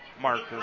marker